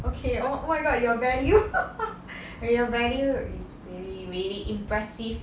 okay oh oh my god your value your value is really really impressive